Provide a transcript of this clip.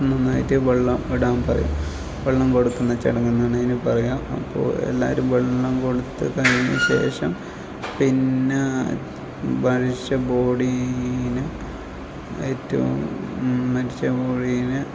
ഒന്നൊന്നായിട്ട് വെള്ളം ഇടാൻ പറയും വെള്ളം കൊടുക്കുന്ന ചടങ്ങ്ന്നാണ് അതിനെ പറയുക അപ്പോൾ എല്ലാവരും വെള്ളം കൊടുത്ത് കഴിഞ്ഞ ശേഷം പിന്നെ മരിച്ച ബോഡീനെ ഏറ്റോം മരിച്ച ബോഡീനെ